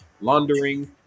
laundering